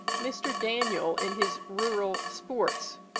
mr. daniell, in his rural sports,